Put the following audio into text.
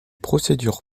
procédures